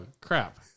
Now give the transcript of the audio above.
crap